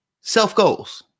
self-goals